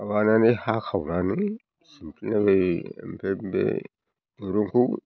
माबानानै हाखावनानै सिमफ्रिनानै ओमफ्राय बे दुरुंखौ